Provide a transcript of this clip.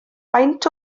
faint